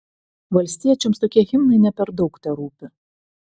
valstiečiams tokie himnai ne per daug terūpi